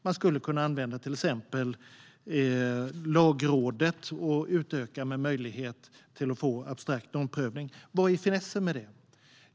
Man skulle till exempel kunna använda Lagrådet och utöka med möjlighet att få abstrakt omprövning. Vad är finessen med det?